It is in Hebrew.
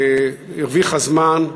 הרוויחה זמן.